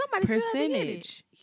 percentage